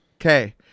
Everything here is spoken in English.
Okay